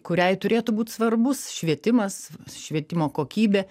kuriai turėtų būt svarbus švietimas švietimo kokybė